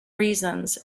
reasons